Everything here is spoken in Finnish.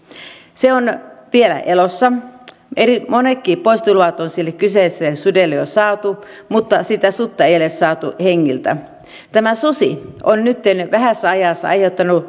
se on vielä elossa monetkin poistoluvat on sille kyseiselle sudelle jo saatu mutta sitä sutta ei ole saatu hengiltä tämä susi on nytten vähässä ajassa aiheuttanut